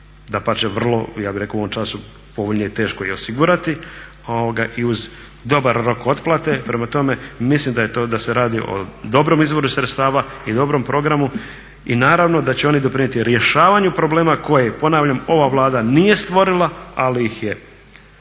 dapače vrlo ja bih rekao u ovom času povoljnije teško je i osigurati i uz dobar rok otplate. Prema tome, mislim da se radi o dobrom izvoru sredstava i dobrom programu i naravno da će oni doprinijeti rješavanju problema koje ponavljam ova Vlada nije stvorila, ali ih je